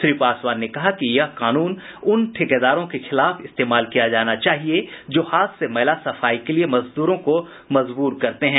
श्री पासवान ने कहा कि यह कानून उन ठेकेदारों के खिलाफ इस्तेमाल किया जाना चाहिए जो हाथ से मैला सफाई के लिए मजदूरों को मजबूर करते हैं